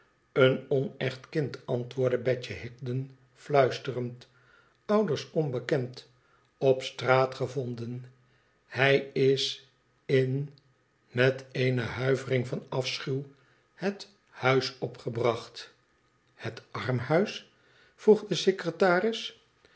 een onecht kind antwoordde betje higden fluisterend ouders onbekend op straat gevonden hij is in met eene huivering van afschuw i het huis opgebracht het armhuis vroeg de secretaris